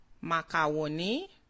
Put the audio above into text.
Macaroni